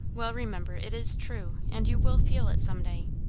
well, remember, it is true, and you will feel it some day.